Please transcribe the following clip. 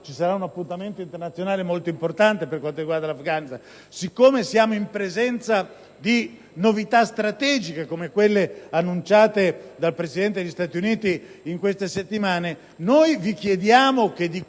ci sarà un appuntamento molto importante per quanto riguarda l'Afghanistan, poiché siamo in presenza di novità strategiche, come quelle annunciate dal Presidente degli Stati Uniti in queste settimane, vi chiediamo che di